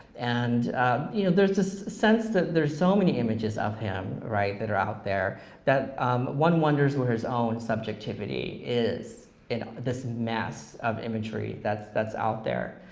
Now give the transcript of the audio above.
and you know there's this sense that there's so many images of him that are out there that one wonders where his own subjectivity is in this mess of imagery that's that's out there.